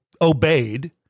obeyed